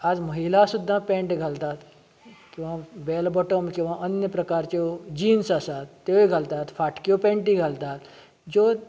आज महिला सुद्दां पॅण्ट घालतात किंवा बेलबॉटम किंवा अन्य प्रकारच्यो जिन्स आसात त्योय घालतात फाटक्यो पेंटी घालतात ज्यो